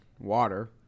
water